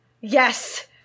Yes